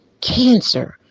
Cancer